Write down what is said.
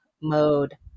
Mode